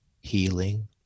healing